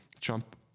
trump